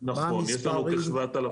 מה המספרים?